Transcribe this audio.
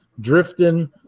drifting